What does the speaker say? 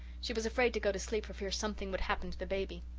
she was afraid to go to sleep for fear something would happen to the baby.